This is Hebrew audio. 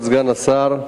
תודה, כבוד סגן השר,